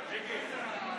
נתקבלה.